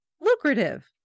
lucrative